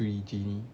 free genie